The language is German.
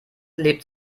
lebt